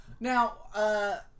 Now